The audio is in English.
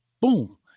boom